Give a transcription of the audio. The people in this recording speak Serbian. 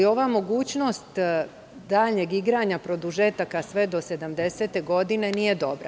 Ova mogućnost daljeg igranja produžetaka sve do 70. godine nije dobra.